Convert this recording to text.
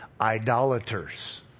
idolaters